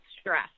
stress